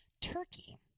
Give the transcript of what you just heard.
Turkey